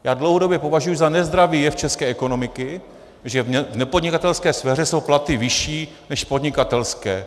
Já dlouhodobě považuji za nezdravý jev české ekonomiky, že v nepodnikatelské sféře jsou platy vyšší než v podnikatelské.